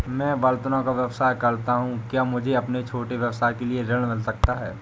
मैं बर्तनों का व्यवसाय करता हूँ क्या मुझे अपने छोटे व्यवसाय के लिए ऋण मिल सकता है?